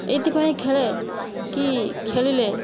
ଏଇଥିପାଇଁ ଖେଳେ କି ଖେଳିଲେ